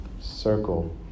circle